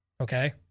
okay